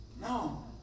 No